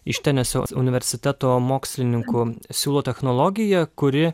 iš tenesio universiteto mokslininkų siūlo technologiją kuri